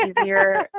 easier